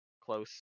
close